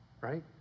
right